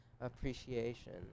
appreciation